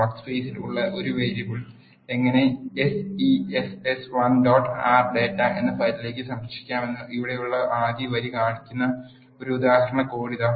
work സ് പെയ് സിൽ ഉള്ള ഒരു വേരിയബിൾ എങ്ങനെ sess1 dot R ഡാറ്റ എന്ന ഫയലിലേക്ക് സംരക്ഷിക്കാമെന്ന് ഇവിടെയുള്ള ആദ്യ വരി കാണിക്കുന്ന ഒരു ഉദാഹരണ കോഡ് ഇതാ